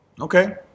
Okay